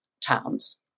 towns